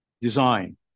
Design